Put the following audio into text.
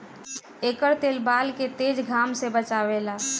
एकर तेल बाल के तेज घाम से बचावेला